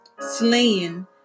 Slaying